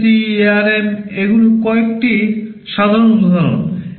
PIC ARM এগুলি কয়েকটি সাধারণ উদাহরণ